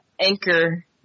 Anchor